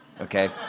okay